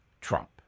Trump